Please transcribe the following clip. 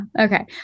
Okay